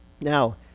Now